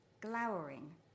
glowering